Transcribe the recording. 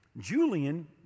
Julian